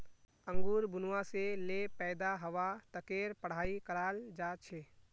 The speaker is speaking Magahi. अंगूर बुनवा से ले पैदा हवा तकेर पढ़ाई कराल जा छे